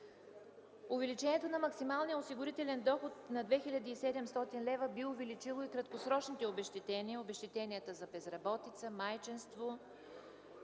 Увеличението на максималния осигурителен доход на 2700 лв. би увеличило и краткосрочните обезщетения – за безработица, майчинство,